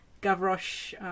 Gavroche